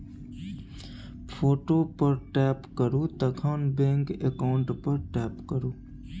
photo पर tap करु तखन बैंक अकाउंट पर टैप करु